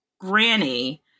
granny